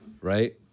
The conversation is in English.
right